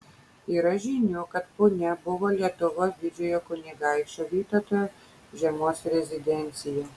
yra žinių kad punia buvo lietuvos didžiojo kunigaikščio vytauto žiemos rezidencija